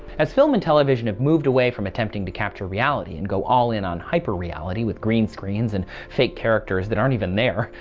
as film and television have moved away from attempting to capture reality and go all in on hyper reality with green screens and fake characters that aren't even there.